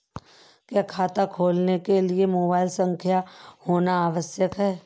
क्या खाता खोलने के लिए मोबाइल संख्या होना आवश्यक है?